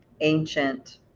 ancient